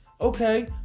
okay